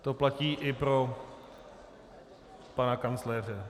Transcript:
To platí i pro pana kancléře.